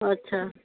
अच्छा